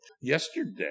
Yesterday